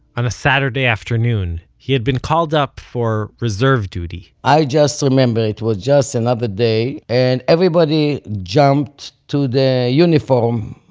on a saturday afternoon, he had been called up for reserve duty i just remember it was just another day. and everybody jumped to the uniform,